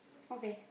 okay